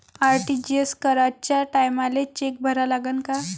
RTGS कराच्या टायमाले cheque भरा लागन का?